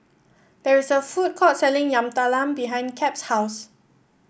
there is a food court selling Yam Talam behind Cap's house